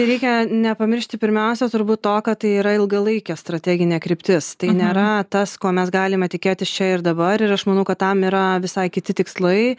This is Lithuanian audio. reikia nepamiršti pirmiausia turbūt to kad tai yra ilgalaikė strateginė kryptis tai nėra tas ko mes galime tikėtis čia ir dabar ir aš manau kad tam yra visai kiti tikslai